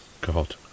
god